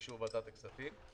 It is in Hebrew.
באישור ועדת הכספים.